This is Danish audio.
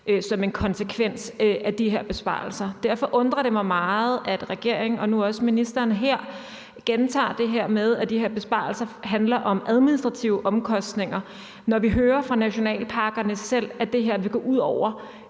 som en konsekvens af de her besparelser. Derfor undrer det mig meget, at regeringen og nu også ministeren her gentager det her med, at de her besparelser handler om administrative omkostninger, når vi hører fra nationalparkerne selv, at det vil gå ud over